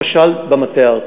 למשל במטה הארצי,